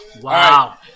Wow